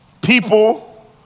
People